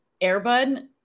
Airbud